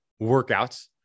workouts